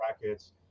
brackets